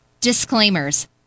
disclaimers